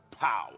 Power